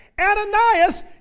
Ananias